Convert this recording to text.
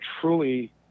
truly